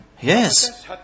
Yes